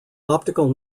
optical